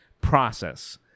process